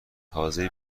حاضری